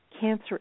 cancer